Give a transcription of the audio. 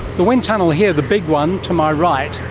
the wind tunnel here, the big one to my right,